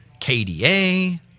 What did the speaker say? KDA